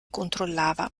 controllava